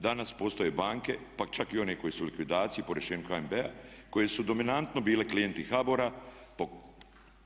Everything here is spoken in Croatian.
Danas postoje banke pa čak i one koje su u likvidaciji po rješenju HNB-a koje su dominantno bile klijenti HBOR-a.